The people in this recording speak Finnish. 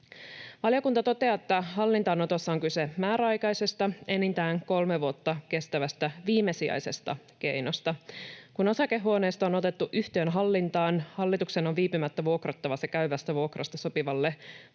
Valiokunta toteaa, että hallintaanotossa on kyse määräaikaisesta, enintään kolme vuotta kestävästä, viimesijaisesta keinosta. Kun osakehuoneisto on otettu yhtiön hallintaan, hallituksen on viipymättä vuokrattava se käyvästä vuokrasta sopivalle vuokralaiselle